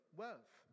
wealth